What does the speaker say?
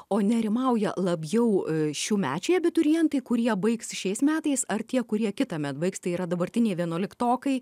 o nerimauja labiau šiųmečiai abiturientai kurie baigs šiais metais ar tie kurie kitąmet baigs tai yra dabartiniai vienuoliktokai